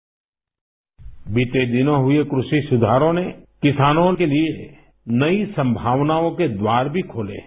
sound bite बीते दिनों हुए कृषि सुधारों ने किसानों के लिए नई संभावनाओं के द्वार भी खोले हैं